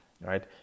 right